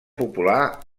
popular